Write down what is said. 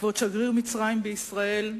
כבוד שגריר מצרים בישראל,